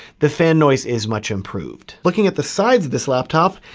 the fan noise is much improved. looking at the sides of this laptop,